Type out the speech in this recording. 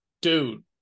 dude